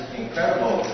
incredible